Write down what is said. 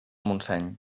montseny